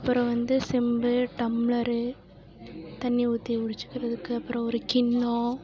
அப்புறம் வந்து செம்பு டம்ளரு தண்ணி ஊற்றி குடிச்சுக்கிறதுக்கு அப்புறம் ஒரு கிண்ணம்